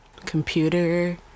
computer